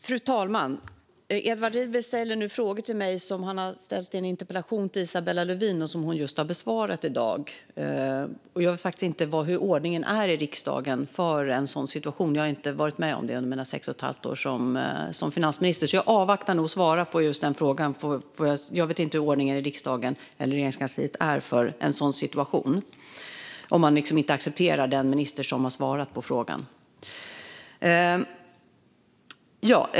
Fru talman! Edward Riedl ställer nu frågor till mig som han har ställt i en interpellation till Isabella Lövin och som hon tidigare i dag har besvarat. Jag vet faktiskt inte hur ordningen är i riksdagen för en sådan situation. Jag har inte varit med om det under mina sex och ett halvt år som finansminister. Jag avvaktar nog med att svara på just de frågorna. Jag vet inte hur ordningen i riksdagen eller Regeringskansliet är för en sådan situation där man inte accepterar den minister som har svarat på frågan.